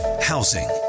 housing